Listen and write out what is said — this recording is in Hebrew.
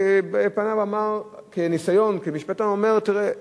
פנה ואמר, כניסיון, כמשפטן: תראה,